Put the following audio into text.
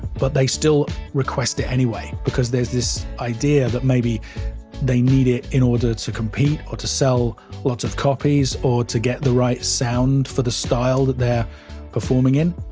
but they still request it anyway, because there's this idea that maybe they need it in order to compete, or to sell lots of copies, or to get the right sound for the style that they're performing in.